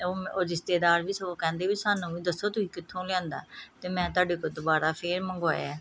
ਉਹ ਮ ਉਹ ਰਿਸ਼ਤੇਦਾਰ ਵੀ ਸਗੋਂ ਕਹਿੰਦੇ ਵੀ ਸਾਨੂੰ ਵੀ ਦੱਸੋ ਤੁਸੀਂ ਕਿੱਥੋਂ ਲਿਆਂਦਾ ਅਤੇ ਮੈਂ ਤੁਹਾਡੇ ਕੋਲੋਂ ਦੁਬਾਰਾ ਫੇਰ ਮੰਗਵਾਇਆ